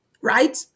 right